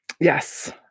Yes